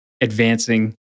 advancing